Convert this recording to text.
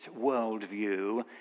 worldview